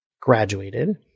graduated